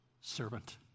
servant